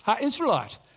Israelite